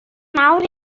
mawr